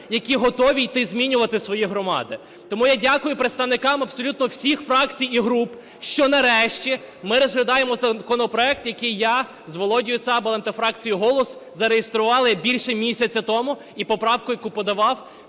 які готові йти змінювати свої громади. Тому я дякую представникам абсолютно всіх фракцій і груп, що нарешті ми розглядаємо законопроект, який я з Володимиром Цабалем та фракцією "Голос" зареєстрували більше місяця тому, і поправку, яку подав